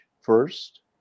first